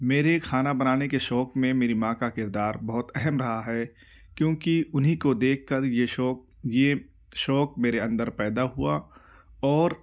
میرے کھانا بنانے کی شوق میں میری ماں کا کردار بہت اہم رہا ہے کیونکہ انہیں کو دیکھ کر یہ شوق یہ شوق میرے اندر پیدا ہوا اور